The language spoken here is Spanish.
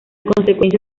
consecuencia